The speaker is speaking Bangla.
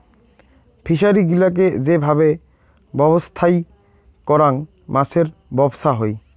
ফিসারী গিলাকে যে ভাবে ব্যবছস্থাই করাং মাছের ব্যবছা হই